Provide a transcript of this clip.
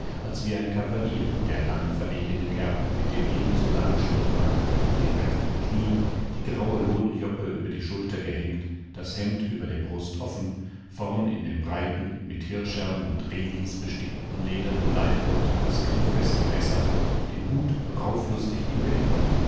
als wie ein kavalier der lange verwegene kerl mit dem ebenso langen schnurrbart den nackten knien die graue lodenjoppe über die schulter gehängt das hemd über der brust offen vorn in dem breiten mit hirscherln und rehlis bestickten ledernen leibgurt das griffeste messer den hut rauflustig im genick